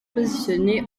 positionnés